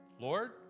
Lord